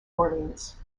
orleans